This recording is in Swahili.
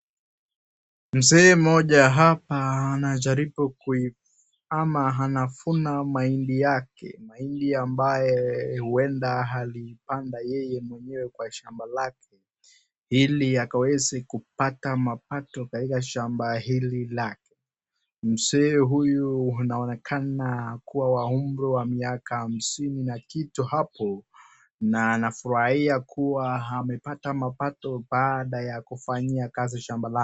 Mzee mmoja hapa anajaribu ku ama anavuna mahindi yake, mahindi ambayo huenda alipanda yeye mwenyewe kwa shamba lake ili akaweze kupata mapato katika shamba hili lake. Mzee huyu anaonekana kuwa wa umri wa miaka hamsini na kitu hapo, na anafurahia kuwa amepata mapato baada ya kufanyia kazi shamba lake.